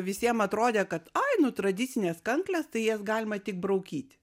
visiem atrodė kad ai nu tradicinės kanklės tai jas galima tik braukyti